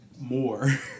more